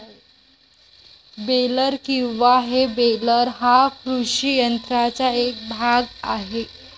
baler किंवा हे baler हा कृषी यंत्राचा एक भाग आहे